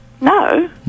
No